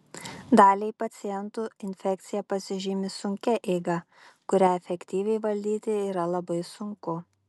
daliai pacientų infekcija pasižymi sunkia eiga kurią efektyviai valdyti yra labai sunku